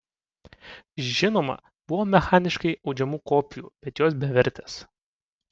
žinoma buvo mechaniškai audžiamų kopijų bet jos bevertės